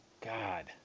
God